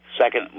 second